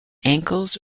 ankles